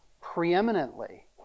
preeminently